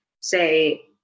say